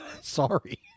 sorry